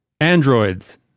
Androids